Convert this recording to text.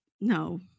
no